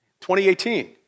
2018